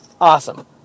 Awesome